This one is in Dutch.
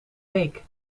week